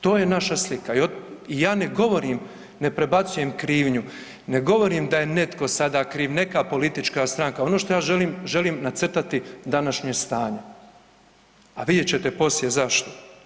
To je naša slika i ja ne govorim, ne prebacujem krivnju, ne govorim da je netko sada kriv, neka politička stranka, ono što ja želim želim nacrtati današnje stanje, a vidjet ćete poslije zašto.